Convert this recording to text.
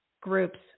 groups